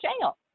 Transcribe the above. jail